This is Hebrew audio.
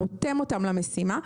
רותם אותם למשימה.